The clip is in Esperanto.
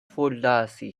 forlasi